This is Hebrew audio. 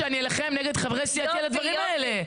שאני אלחם נגד חברי סיעתי על הדברים האלה.